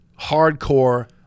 hardcore